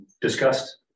discussed